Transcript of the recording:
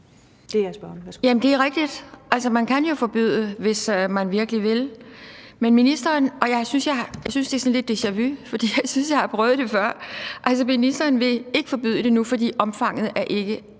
Det er rigtigt. Man kan jo forbyde, hvis man virkelig vil. Men jeg synes, det er sådan lidt et deja-vu, for jeg synes, jeg har prøvet det før. Altså, ministeren vil ikke forbyde det nu, fordi omfanget ikke